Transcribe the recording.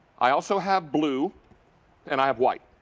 i also have blue and i have white.